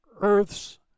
Earth's